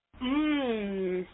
Mmm